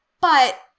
But-